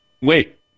Wait